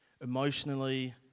emotionally